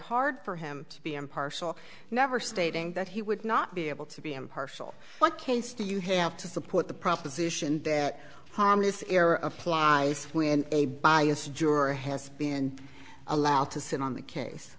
hard for him to be impartial never stating that he would not be able to be impartial what case do you have to support the proposition that harmless error applies when a bias juror has been allowed to sit on the case